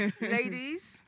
ladies